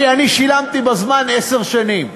כי אני שילמתי בזמן עשר שנים.